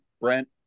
Brent